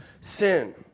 sin